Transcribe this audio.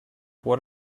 what